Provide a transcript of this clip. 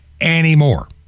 anymore